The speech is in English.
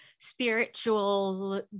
spiritual